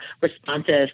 responsive